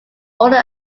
older